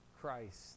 Christ